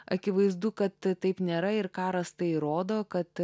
akivaizdu kad taip nėra ir karas tai rodo kad